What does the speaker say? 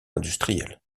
industrielles